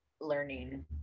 learning